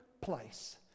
place